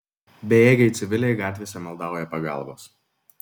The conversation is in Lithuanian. bejėgiai civiliai gatvėse maldauja pagalbos